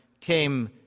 came